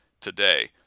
today